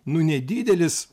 nu nedidelis